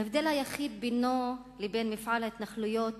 ההבדל היחיד בינו לבין מפעל ההתנחלויות